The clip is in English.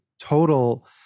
total